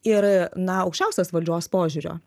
ir na aukščiausios valdžios požiūrio